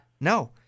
No